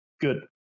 good